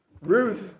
ruth